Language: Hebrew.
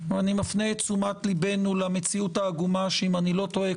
אני מפנה תשומת ליבנו למציאות העגומה שאם איני טועה,